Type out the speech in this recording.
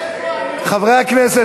חברי הכנסת,